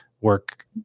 work